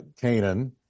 Canaan